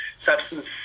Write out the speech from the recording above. substance